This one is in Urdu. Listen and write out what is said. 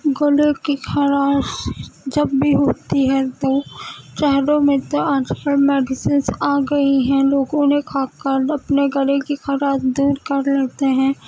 گلے کی خراش جب بھی ہوتی ہے تو چہلوں میں تو آج کل میڈیسنس آ گئی ہیں لوگوں نے کھا کر اپنے گلے کی خراش دور کر لیتے ہیں